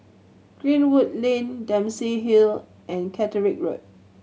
Greenwood Lane Dempsey Hill and Catterick Road